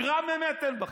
גרם אמת אין בכם,